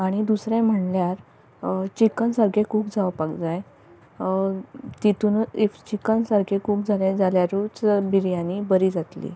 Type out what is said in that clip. आनी दुसरें म्हणल्यार चिकन सारकें कूक जावपाक जाय तितून इफ चिकन सारकें कूक जालें जाल्यारूच बिरयानी बरी जातली